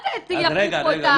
אל תייפו פה את הסיפור.